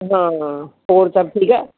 ਹਾਂ ਹੋਰ ਸਭ ਠੀਕ ਹੈ